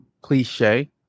cliche